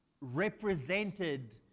represented